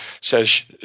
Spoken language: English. says